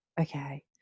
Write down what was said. okay